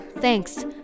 thanks